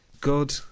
God